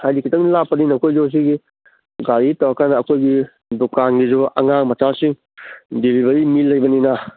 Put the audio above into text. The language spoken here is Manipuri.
ꯍꯥꯏꯗꯤ ꯈꯤꯇꯪ ꯂꯥꯞꯄꯅꯤꯅ ꯑꯩꯈꯣꯏꯁꯨ ꯁꯤꯒꯤ ꯒꯥꯔꯤ ꯇꯧꯔꯀꯥꯟꯗ ꯑꯩꯈꯣꯏꯒꯤ ꯗꯨꯀꯥꯟꯒꯤꯁꯨ ꯑꯉꯥꯡ ꯃꯆꯥꯁꯤꯡ ꯗꯦꯂꯤꯕꯔꯤ ꯃꯤ ꯂꯩꯕꯅꯤꯅ